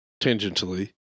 Tangentially